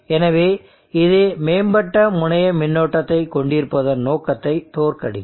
எனவே இது மேம்பட்ட முனைய மின்னோட்டத்தைக் கொண்டிருப்பதன் நோக்கத்தை தோற்கடிக்கும்